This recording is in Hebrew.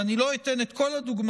אני לא אתן את כל הדוגמאות,